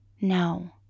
No